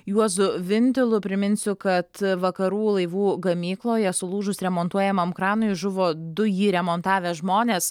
juozu vintilu priminsiu kad vakarų laivų gamykloje sulūžus remontuojamam kranui žuvo du jį remontavę žmonės